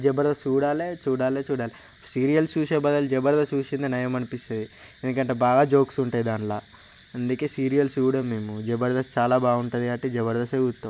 జబర్దస్త్ చూడాలి చూడాలి చూడాలి సీరియల్స్ చూసే బదులు జబర్దస్త్ చూసిందే నయం అనిపిస్తుంది ఎందుకంటే బాగా జోక్స్ ఉంటాయి దానిలో అందుకే సీరియల్స్ చూడము మేము జబర్దస్త్ చాలా బాగుంటుంది కాబట్టి జబర్దస్తే చూస్తాము